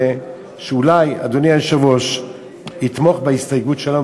ושאולי אדוני היושב-ראש יתמוך בהסתייגות שלנו,